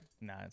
Nah